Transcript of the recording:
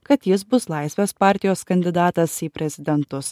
kad jis bus laisvės partijos kandidatas į prezidentus